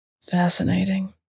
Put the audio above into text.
fascinating